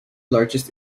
largest